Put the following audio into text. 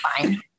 fine